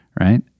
right